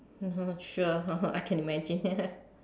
sure I can imagine